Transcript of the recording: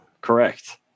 Correct